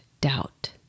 doubt